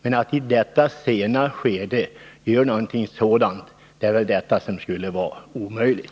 Men på detta sena stadium är ett bifall till motionen omöjligt.